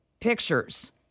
pictures